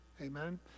amen